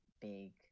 big